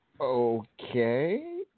Okay